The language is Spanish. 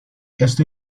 esto